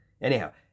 Anyhow